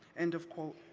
end of quote.